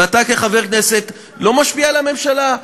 ואתה כחבר כנסת לא משפיע על הממשלה,